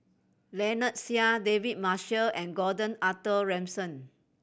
Lynnette Seah David Marshall and Gordon Arthur Ransome